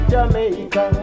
Jamaica